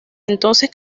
entonces